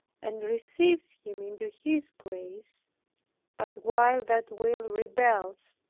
and receives him into his grace but while that will rebels,